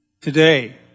today